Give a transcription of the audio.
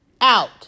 out